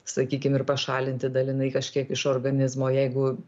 sakykim ir pašalinti dalinai kažkiek iš organizmo jeigu